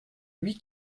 lui